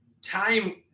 time